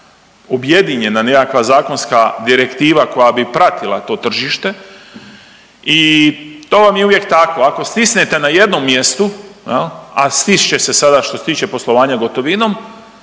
objedinjena nekakva zakonska direktiva koja bi pratila to tržište. I to vam je uvijek tako ako stisnete na jednom mjestu jel, a stišće se sada što se tiče poslovanja gotovinom